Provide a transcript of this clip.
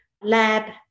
lab